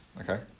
Okay